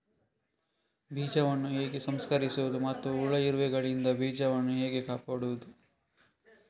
ಬೀಜವನ್ನು ಹೇಗೆ ಸಂಸ್ಕರಿಸುವುದು ಮತ್ತು ಹುಳ, ಇರುವೆಗಳಿಂದ ಬೀಜವನ್ನು ಹೇಗೆ ಕಾಪಾಡುವುದು?